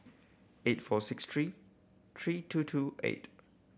eight four six three three two two eight